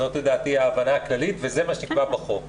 זאת לדעתי ההבנה הכללית וזה מה שנקבע בחוק.